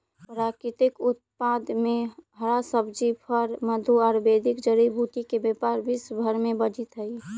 प्राकृतिक उत्पाद में हरा सब्जी, फल, मधु, आयुर्वेदिक जड़ी बूटी के व्यापार विश्व भर में बढ़ित हई